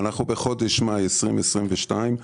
אנחנו בחודש מאי 2022,